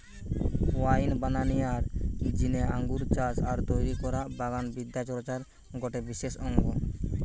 wine বানানিয়ার জিনে আঙ্গুর চাষ আর তৈরি করা বাগান বিদ্যা চর্চার গটে বিশেষ অঙ্গ